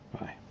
bye